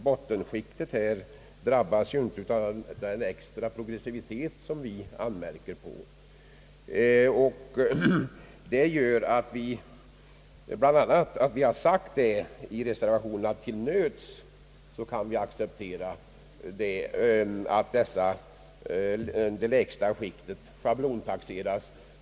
Bottenskiktet drabbas ju inte av den extra progressivitet som vi anmärker på, och detta har bidragit till att vi i reservationen säger att vi till nöds kan acceptera att det lägsta skiktet schablontaxeras.